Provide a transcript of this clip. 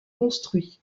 construit